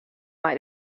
mei